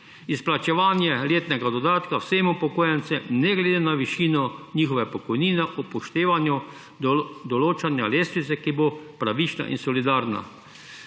izplačevanje letnega dodatka vsem upokojencem, ne glede na višino njihove pokojnine, upoštevaje določeno lestvico, ki bo pravična in solidarna.